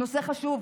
הנושא חשוב,